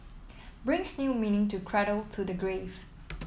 brings new meaning to cradle to the grave